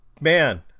Man